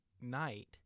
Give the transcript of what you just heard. night